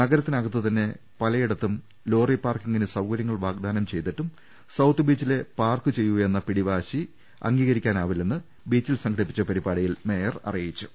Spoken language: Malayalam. നഗരത്തിനകത്തുതന്നെ മറ്റ് പല യിടത്തും ലോറി പാർക്കിംഗിന് സൌകർ്യങ്ങൾ വാഗ്ദാനം ചെയ്തിട്ടും സൌത്ത് ബീച്ചിലേ പാർക്ക് ചെയ്യൂവെന്ന പിടിവാശി അംഗീകരിക്കാനാവില്ലെന്ന് ബീച്ചിൽ സംഘടിപ്പിച്ച പരിപാടിയിൽ മേയർ അറിയിച്ചു